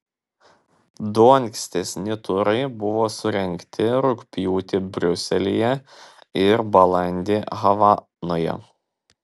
du ankstesni turai buvo surengti rugpjūtį briuselyje ir balandį havanoje